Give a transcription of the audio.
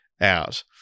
out